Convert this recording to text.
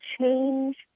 change